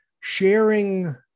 sharing